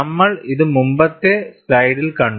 നമ്മൾ ഇത് മുമ്പത്തെ സ്ലൈഡിൽ കണ്ടു